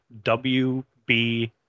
WB